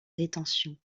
rétention